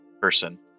person